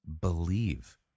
believe